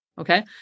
Okay